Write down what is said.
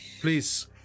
please